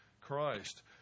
Christ